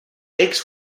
eggs